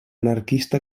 anarquista